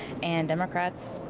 and, democrats,